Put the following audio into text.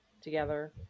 together